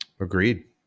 Agreed